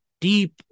deep